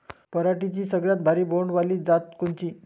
पराटीची सगळ्यात भारी बोंड वाली जात कोनची?